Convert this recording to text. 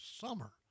summer